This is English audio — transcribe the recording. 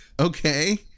Okay